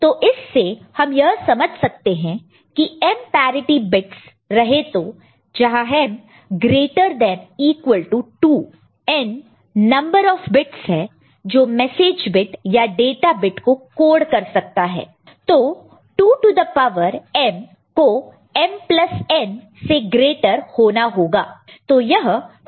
तो इससे हम यह समझ सकते हैं की m पैरिटि बिट्स रहे तो जहांm greater than equal to 2 n number of bits है जो मैसेज बिट या डाटा बिट को कोड कर सकता है तो 2 टू द पावर m को mn से ग्रेटर होना होगा